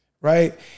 right